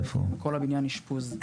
בכל הבניין אשפוז,